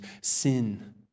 sin